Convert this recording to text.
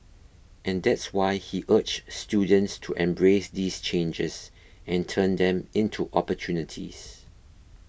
and that's why he urged students to embrace these changes and turn them into opportunities